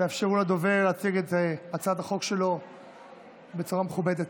תאפשרו לדובר להציג את הצעת החוק שלו בצורה מכובדת.